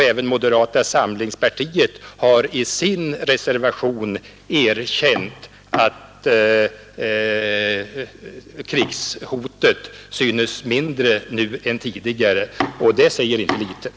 Även moderata samlingspartiet har i sin reservation erkänt att krigshotet synes mindre nu än tidigare, och det säger inte litet.